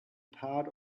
part